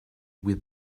with